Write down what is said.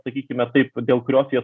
sakykime taip dėl kurios jie